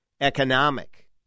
economic